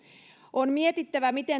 on mietittävä miten